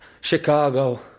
Chicago